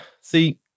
See